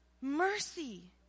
mercy